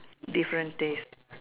different taste